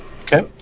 Okay